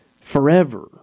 forever